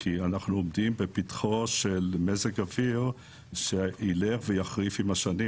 כי אנחנו עומדים בפתחו של מזג אוויר שילך ויחריף עם השנים,